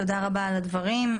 תודה רבה על הדברים.